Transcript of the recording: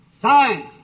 science